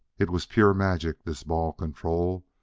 it was pure magic, this ball-control,